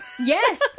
Yes